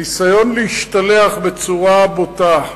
הניסיון להשתלח בצורה בוטה,